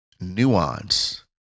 nuance